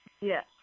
Yes